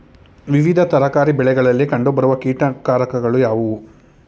ವಿವಿಧ ತರಕಾರಿ ಬೆಳೆಗಳಲ್ಲಿ ಕಂಡು ಬರುವ ಕೀಟಕಾರಕಗಳು ಯಾವುವು?